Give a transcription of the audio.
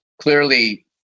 clearly